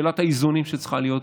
שאלת האיזונים שצריכה להיות פה.